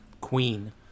Queen